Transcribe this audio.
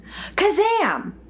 Kazam